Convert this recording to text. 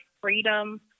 freedom